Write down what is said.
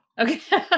okay